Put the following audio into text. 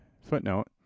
Footnote